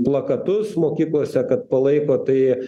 plakatus mokyklose kad palaiko tai